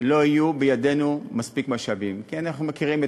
לא יהיו בידינו מספיק משאבים, כי אנחנו מכירים,